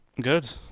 Good